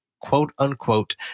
quote-unquote